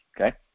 Okay